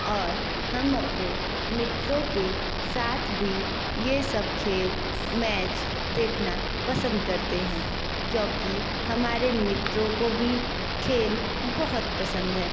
और हम अपने मित्रों के साथ भी ये सब खेल मैच देखना पसंद करते हैं क्योंकि हमारे मित्रों को भी खेल बहुत पसंद है